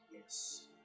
Yes